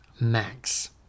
max